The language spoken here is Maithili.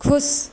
खुश